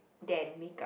than makeup